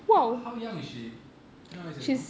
h~ how young is she எத்தனவயசுஇருக்கும்:ethana vayasu irukkum